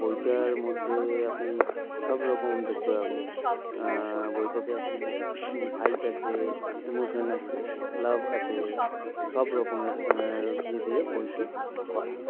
বইটার মধ্যে আপনি সবরকম দেখতে পাবেন বইটাতে আপনি ফাইট আছে ইমোশান আছে লাভ আছে সবরকমের ইয়ে দিয়ে বইটি করা